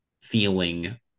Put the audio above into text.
feeling